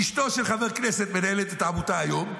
אשתו של חבר כנסת מנהלת את העמותה היום.